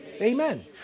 Amen